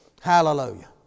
Hallelujah